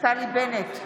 נפתלי בנט,